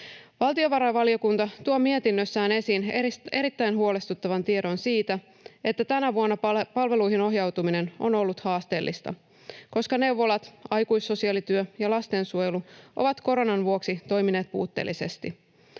Valtiovarainvaliokunta tuo mietinnössään esiin erittäin huolestuttavan tiedon siitä, että tänä vuonna palveluihin ohjautuminen on ollut haasteellista, koska neuvolat, aikuissosiaalityö ja lastensuojelu ovat koronan vuoksi toimineet puutteellisesti.